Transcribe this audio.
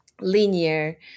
linear